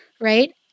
right